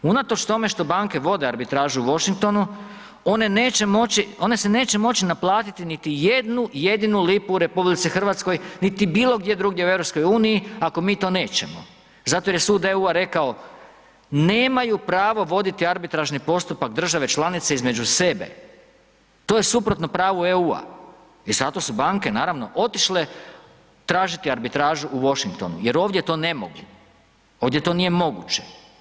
Unatoč tome što banke vode arbitražu u Washingtonu one se neće moći naplatiti niti jednu jedinu lipu u RH niti bilo gdje drugdje u EU ako mi to nećemo, zato jer je sud EU rekao nemaju pravo voditi arbitražni postupak države članice između sebe, to je suprotno pravu EU i zato su banke naravno otišle tražiti arbitražu u Washingtonu jer ovdje to ne mogu, ovdje to nije moguće.